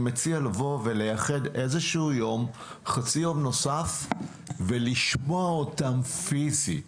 אני מציע לייחד איזשהו יום נוסף כדי לשמוע אותם ולראות אותם פיזית.